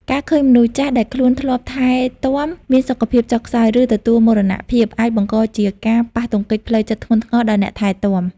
ការឃើញមនុស្សចាស់ដែលខ្លួនធ្លាប់ថែទាំមានសុខភាពចុះខ្សោយ ឬទទួលមរណភាព អាចបង្កជាការប៉ះទង្គិចផ្លូវចិត្តធ្ងន់ធ្ងរដល់អ្នកថែទាំ។